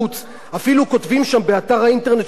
באתר האינטרנט של שגרירות ישראל בלונדון,